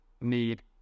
need